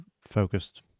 focused